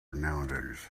nowadays